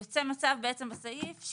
יוצא מצב בסעיף בעצם,